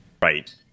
Right